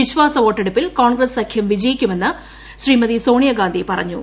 വിശ്വാസവോട്ടെടുപ്പിൽകോൺഗ്രസ്സഖ്യംവിജയിക്കുമെന്നും ശ്രീമതിസോണിയ പറഞ്ഞു